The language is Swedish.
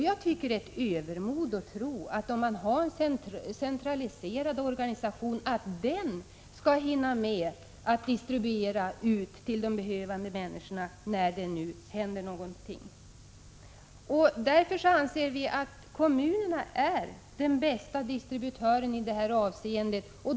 Jag tycker att det är övermodigt att tro att en centraliserad organisation skall kunna hinna med att distribuera jodtabletter till de behövande människorna när det hänt en olycka. Vi anser att kommunerna är den bästa distributören i detta avseende.